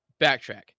backtrack